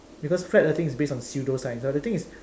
because flat earthing is based on pseudo science but the thing is